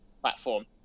platform